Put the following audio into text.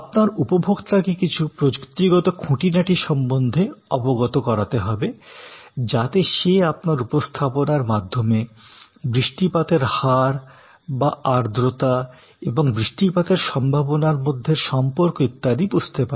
আপনার উপভোক্তাকে কিছু প্রযুক্তিগত খুঁটিনাটি সম্বন্ধে অবগত করাতে হবে যাতে সে আপনার উপস্থাপনার মাধ্যমে বৃষ্টিপাতের হার বা আর্দ্রতা এবং বৃষ্টিপাতের সম্ভাবনার মধ্যের সম্পর্ক ইত্যাদি বুঝতে পারে